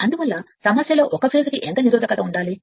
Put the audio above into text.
అందువల్ల సమస్యలో ఒక ఫేస్ కు ఎంత నిరోధకత ఉండాలి